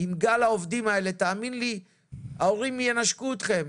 ההורים ינשקו אתכם.